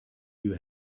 you